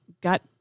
got